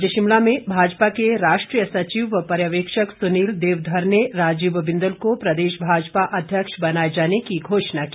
आज शिमला में भाजपा के राष्ट्रीय सचिव व पर्यवेक्षक सुनील देवधर ने राजीव बिंदल को प्रदेश भाजपा अध्यक्ष बनाए जाने की घोषणा की